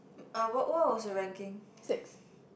uh what what was your ranking